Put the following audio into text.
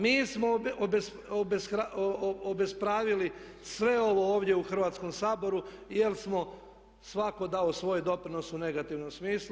Mi smo obespravili sve ovo ovdje u Hrvatskom saboru jer smo svatko je dao svoj doprinos u negativnom smislu.